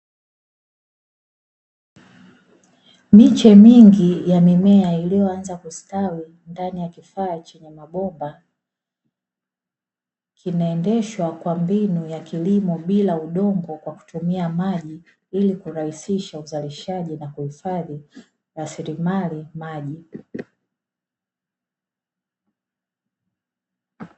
Miche mingi ya mimea iliyoanza kustawi ndani ya kifaa chenye mabomba, kinaendeshwa kwa mbinu ya kilimo bila udongo kwa kutumia maji, ili kurahisisha uzalishaji na kuhifadhi rasilimali maji.